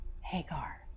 Hagar